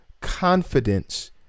confidence